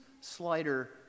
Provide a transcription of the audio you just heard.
slider